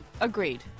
Agreed